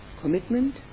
commitment